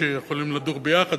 שיכולות לדור ביחד.